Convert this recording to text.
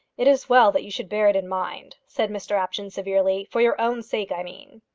it is well that you should bear it in mind, said mr apjohn severely for your own sake, i mean.